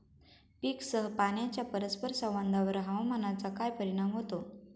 पीकसह पाण्याच्या परस्पर संवादावर हवामानाचा काय परिणाम होतो?